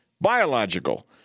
Biological